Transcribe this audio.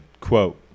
quote